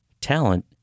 talent